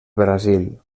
brasil